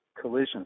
collision